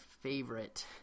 favorite